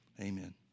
Amen